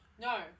No